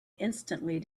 insistently